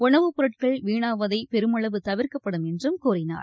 உணவுப்பொருட்கள் வீணாவதை பெருமளவு தவிர்க்கப்படும் என்றும் கூறினார்